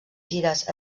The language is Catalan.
gires